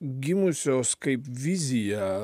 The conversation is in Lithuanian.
gimusios kaip vizija